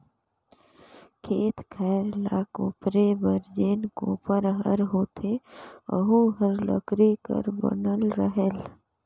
खेत खायर ल कोपरे बर जेन कोपर हर होथे ओहू हर लकरी कर बनल रहेल